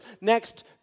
next